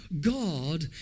God